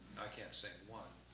i can't sing one.